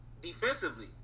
defensively